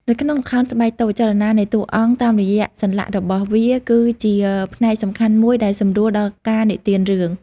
នៅក្នុងល្ខោនស្បែកតូច ចលនានៃតួអង្គតាមរយៈសន្លាក់របស់វា គឺជាផ្នែកសំខាន់មួយដែលសម្រួលដល់ការនិទានរឿង។